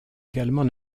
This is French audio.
également